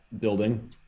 building